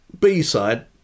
B-side